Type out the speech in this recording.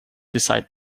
decide